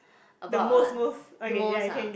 about what most ah